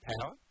power